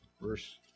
verse